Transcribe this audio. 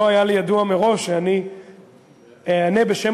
לא היה לי ידוע מראש: שאני אענה בשם